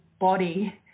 body